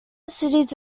cities